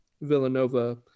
Villanova